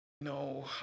no